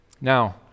Now